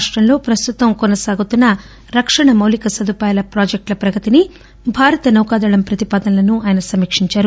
రాష్టంలో ప్రస్తుతం కొనసాగుతున్న రక్షణ మౌలిక సదుపాయాల ప్రాజెక్టుల ప్రగతిని భారత నౌకాదళం ప్రతిపాదనలను ఆయన సమీక్షించారు